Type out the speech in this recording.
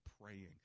praying